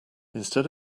instead